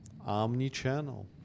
omni-channel